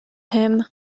him